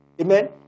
Amen